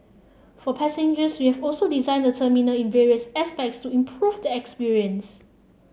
for passengers we have also designed the terminal in various aspects to improve the experience